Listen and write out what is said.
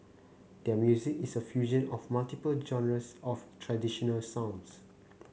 their music is a fusion of multiple genres of traditional sounds